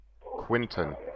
Quinton